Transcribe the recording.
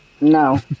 no